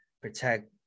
protect